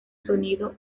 sonido